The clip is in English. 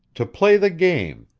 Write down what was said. to play the game,